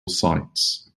sites